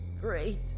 great